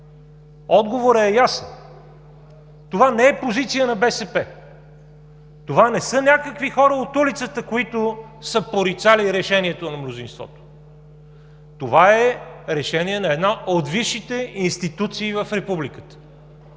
Отговорът е ясен – това не е позиция на БСП, това не са някакви хора от улицата, които са порицали решението на мнозинството. Това е решение на една от висшите институции в Републиката,